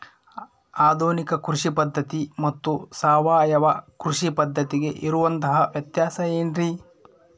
ಆಧುನಿಕ ಕೃಷಿ ಪದ್ಧತಿ ಮತ್ತು ಸಾವಯವ ಕೃಷಿ ಪದ್ಧತಿಗೆ ಇರುವಂತಂಹ ವ್ಯತ್ಯಾಸ ಏನ್ರಿ?